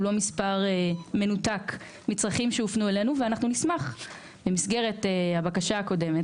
לא מספר מנותק מצרכים שהופנו אלינו ואנחנו נשמח במסגרת הבקשה הקודמת,